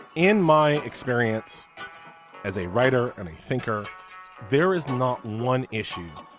in my experience as a writer and a thinker there is not one issue.